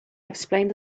explained